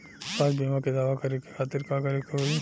स्वास्थ्य बीमा के दावा करे के खातिर का करे के होई?